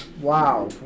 wow